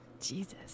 Jesus